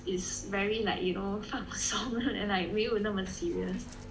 very like you know 放松 and like 没有那么 serious